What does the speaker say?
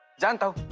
don't go